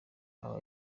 aba